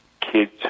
Kids